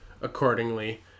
accordingly